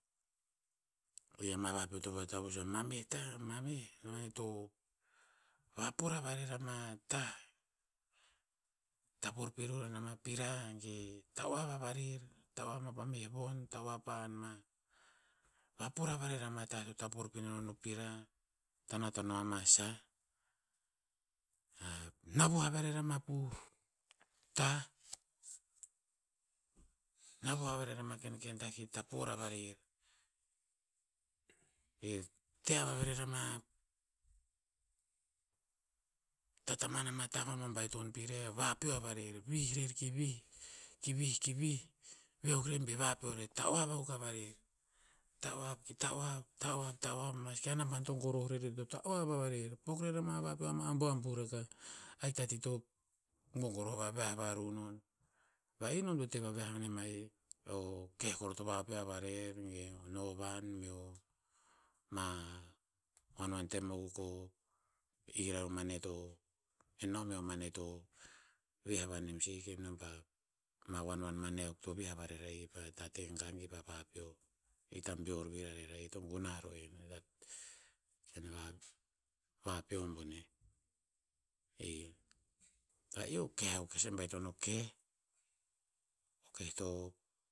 mameh tah,-mameh, mane to vapor a varer ama tah. Ta por pino anon ama pira ge ta'-oav a varer. Ta'oav ma pa meh von. Ta'oav pahan ma. Vapor a varer ama tah to tapor pino non o pira. Hikta nat ano ama sah. A, navuh a varer ama tah. Navuh a varer ama kenken tah ki tapor a varer. Te ava merer ama tatamana ma tah vababaiton pir eh. Vapeo a varer. Vih rer ki vih. Ki vih- ki vih. V akuk rer bi vapeo rer. Ta'oav akuk a varer. Ta'oav ki ta'oav- ta'oav- ta'oav maski a naban to goroh rer ir to ta'oav a varer. Pok rer ama vapeo ama abuabuh rakah. Ahik ta ti to gogoroh vaviah varu non. Va'ih nom to te vaviah nem ma'ih. O ke- h kor to vapeo a varer ge novan meo ma, wanwan tem akuk o ir a mane to, enom e o mane to, vih a vanem sih ke nom pa, ama wanwan mane akuk to vih a varer ra'ih pa tate gang kipa vapeo. Hikta beor vir rarer ra 'ih. To gunah ro en ken va- vapeo boneh. Va'ih o keh akuk e seke baiton o keh, keh to